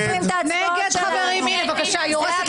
הצבעה